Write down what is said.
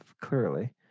clearly